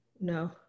No